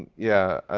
yeah,